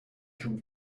come